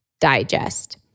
Digest